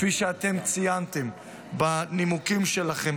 כפי שציינתם בנימוקים שלכם,